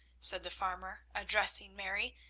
said the farmer, addressing mary,